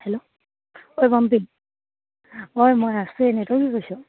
hello অই পম্পী অ'ই মই আছো এনেই তই কি কৰিছ